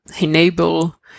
enable